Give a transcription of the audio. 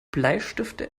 bleistifte